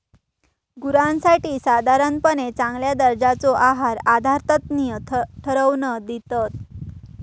गुरांसाठी साधारणपणे चांगल्या दर्जाचो आहार आहारतज्ञ ठरवन दितत